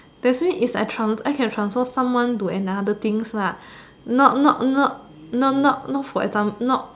definitely if I trans~ I can transfer someone to another things lah not not not not not not for exam not